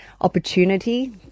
opportunity